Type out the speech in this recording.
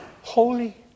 holy